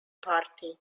party